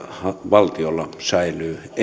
valtiolla säilyy enemmistö